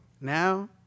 now